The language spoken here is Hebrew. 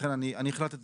ולכן אני החלטתי